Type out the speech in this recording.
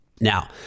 Now